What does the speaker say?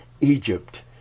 Egypt